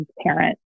transparent